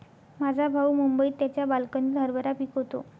माझा भाऊ मुंबईत त्याच्या बाल्कनीत हरभरा पिकवतो